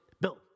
Bill